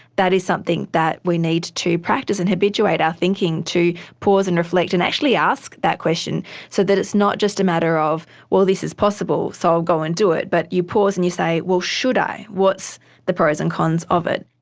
that is something that we need to practice and habituate our thinking to pause and reflect and actually ask that question so that it's not just a matter of, well, this is possible so i'll go and do it, but you pause and you say, well, should i? what are the pros and cons of it?